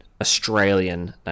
Australian